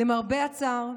למרבה הצער,